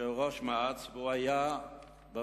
שהוא ראש מע"צ והוא היה בוועדה: